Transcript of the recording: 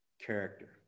Character